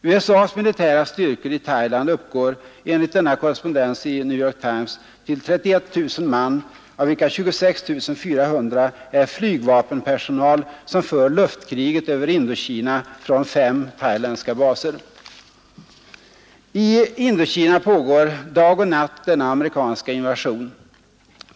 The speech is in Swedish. USA:s militära styrkor i Thailand uppgår enligt denna korrespondens i New York Times till 31 000 man, av vilka 26 400 är flygvapenpersonal som för luftkriget över Indokina från fem thailändska baser. I Indokina pågår dag och natt denna amerikanska invasion.